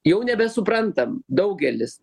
jau nebesuprantam daugelis